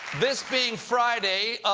this being friday,